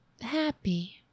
happy